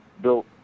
built